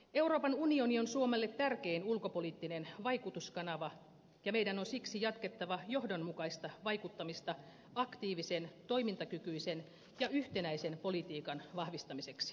euroopan unioni on suomelle tärkein ulkopoliittinen vaikutuskanava ja meidän on siksi jatkettava johdonmukaista vaikuttamista aktiivisen toimintakykyisen ja yhtenäisen politiikan vahvistamiseksi